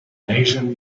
asian